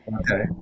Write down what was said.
Okay